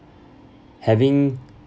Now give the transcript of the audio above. having